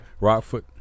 Rockfoot